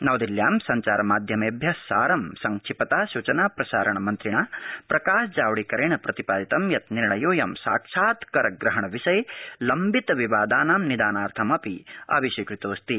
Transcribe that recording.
नवदिल्ल्यां सञ्चार माध्यमष्ठि सारं संक्षिपता सूचना प्रसारण मन्त्रिणा प्रकाश जावड़क्विद्व प्रतिपादितं यत् निर्णयोऽयं साक्षात्कर प्रहण विषय लम्बित विवादानां निदानार्थमपि अभिस्वीकृतोऽस्ति